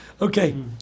okay